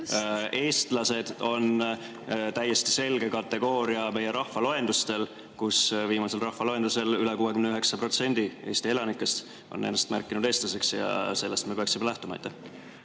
Eestlased on täiesti selge kategooria meie rahvaloendustel. Viimasel rahvaloendusel veidi üle 69% Eesti elanikest on ennast märkinud eestlaseks ja sellest me peaksime lähtuma.